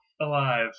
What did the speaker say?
Alive